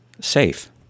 safe